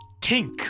tink